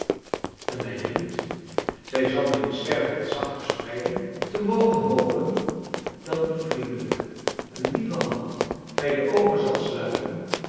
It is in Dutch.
gedachte en mij dunkt zij zal mijn sterfbed zachter spreiden te mogen hopen dat een vriendelijke een lieve hand mij de oogen zal sluiten